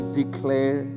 declare